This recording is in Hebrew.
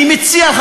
אני מציע לך,